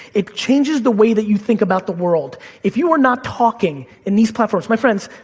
it changes the way that you think about the world. if you are not talking in these platforms, my friends,